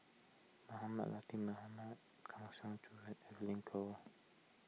Mohamed Latiff Mohamed Kang Siong Joo Evelyn Goh